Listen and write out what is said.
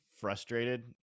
frustrated